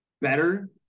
better